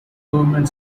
government